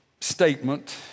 statement